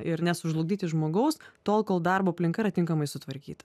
ir nesužlugdyti žmogaus tol kol darbo aplinka yra tinkamai sutvarkyta